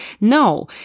No